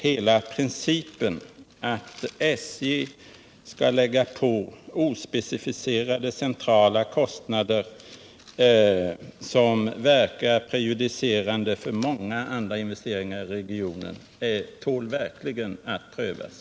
Hela principen att SJ skall lägga på ospecificerade centrala kostnader, som verkar prejudicerande för många andra investeringar i regionen, tål verkligen att prövas.